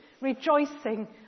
rejoicing